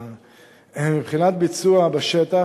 מבחינת ביצוע בשטח,